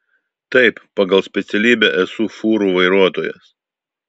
taip pagal specialybę esu fūrų vairuotojas